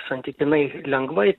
santykinai lengvai